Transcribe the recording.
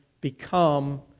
become